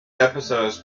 episodes